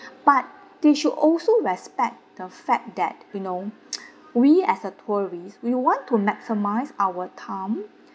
but they should also respect the fact that we know we as a tourist we want to maximise our time